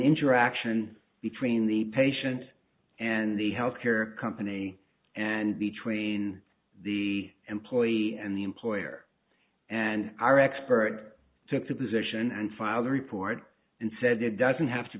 interaction between the patient and the health care company and between the employee and the employer and our expert took the position and filed a report and said it doesn't have to